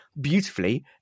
beautifully